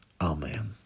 Amen